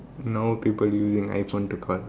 now people using iPhone to call